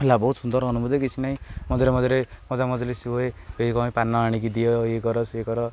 ହେଲା ବହୁତ ସୁନ୍ଦର ଅନୁଭୂତି କିଛି ନାହିଁ ମଝିରେ ମଝିରେ ମଜା ମଜଲିସ୍ ହୁଏ ସେଇ କ'ଣ ପାନ ଆଣିକି ଦିଅ ଇଏ କର ସିଏ କର